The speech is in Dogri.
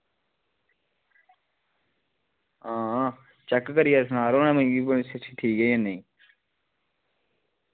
हां चेक करियै सना करो ना मिगी कि ठीक ऐ जां नेईं